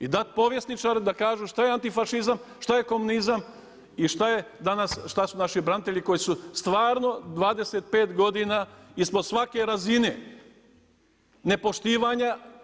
I dati povjesničaru da kaže što je antifašizam, šta je komunizam i šta je danas, šta su naši branitelji, koji su stvarno 25 godina, ispod svake razine nepoštivanja.